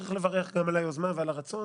אני מברך על היוזמה ועל הרצון